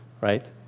right